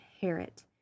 inherit